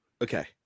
Okay